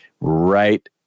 right